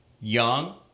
young